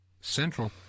Central